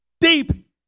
deep